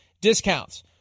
discounts